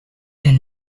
then